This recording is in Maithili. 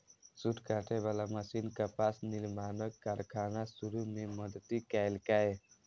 सूत काटे बला मशीन कपास निर्माणक कारखाना शुरू मे मदति केलकै